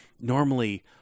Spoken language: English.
normally